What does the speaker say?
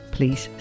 Please